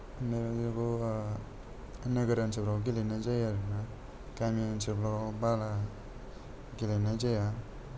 बेबादिफोरखौ नोगोर ओनसोलफोरावनो गेलेनाय जायो आरोना गामि ओनसोलफोराव बारा गेलेनाय जाया